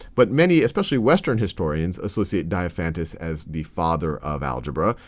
but many, especially western historians, associate diophantus as the father of algebra.